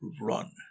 run